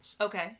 Okay